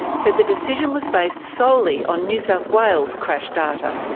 said the decision was based solely on new south wales crash data.